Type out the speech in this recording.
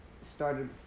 started